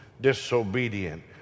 disobedient